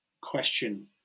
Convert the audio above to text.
question